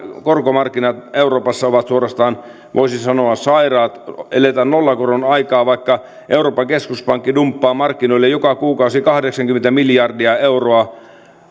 korkomarkkinat euroopassa ovat suorastaan voisi sanoa sairaat eletään nollakoron aikaa vaikka euroopan keskuspankki dumppaa markkinoille joka kuukausi kahdeksankymmentä miljardia euroa